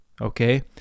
Okay